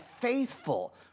faithful